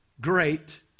great